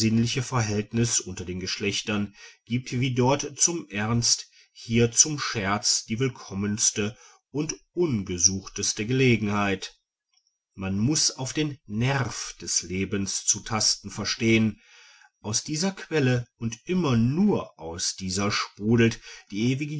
verhältnis unter den geschlechtern gibt wie dort zum ernst hier zum scherz die willkommenste und ungesuchteste gelegenheit man muß auf den nerv des lebens zu tasten verstehen aus dieser quelle und immer nur aus dieser sprudelt die ewige